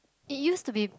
it used to be